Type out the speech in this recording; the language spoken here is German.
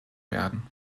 werden